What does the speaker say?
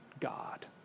God